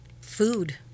food